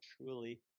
truly